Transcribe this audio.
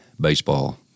baseball